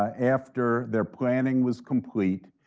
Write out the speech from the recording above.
ah after their planning was complete,